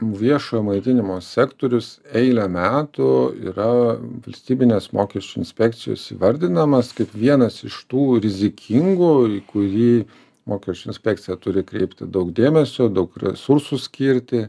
viešojo maitinimo sektorius eilę metų yra valstybinės mokesčių inspekcijos įvardinamas kaip vienas iš tų rizikingų į kurį mokesčių inspekcija turi kreipti daug dėmesio daug resursų skirti